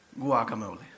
guacamole